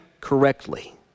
correctly